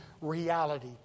reality